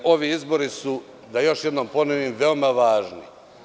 Ovi izbori su, da još jednom ponovim, veoma važni.